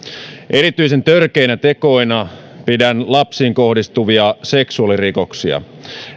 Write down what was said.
erityisen törkeinä tekoina pidän lapsiin kohdistuvia seksuaalirikoksia